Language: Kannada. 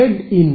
Z in